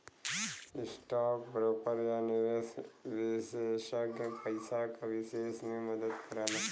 stock broker या निवेश विषेसज्ञ पइसा क निवेश में मदद करला